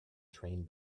train